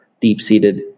deep-seated